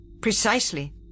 Precisely